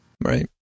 right